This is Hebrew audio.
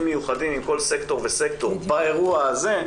מיוחדים עם כל סקטור וסקטור באירוע הזה,